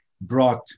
brought